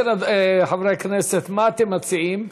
חברי הכנסת, מה אתם מציעים?